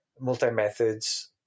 multi-methods